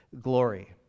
glory